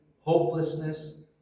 hopelessness